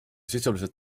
sisuliselt